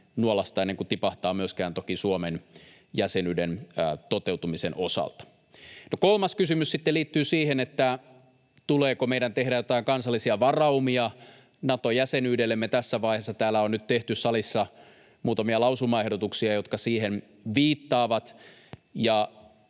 nuolaista ennen kuin tipahtaa toki myöskään Suomen jäsenyyden toteutumisen osalta. Kolmas kysymys liittyy sitten siihen, tuleeko meidän tehdä jotain kansallisia varaumia Nato-jäsenyydellemme tässä vaiheessa. Täällä salissa on nyt tehty muutamia lausumaehdotuksia, jotka siihen viittaavat,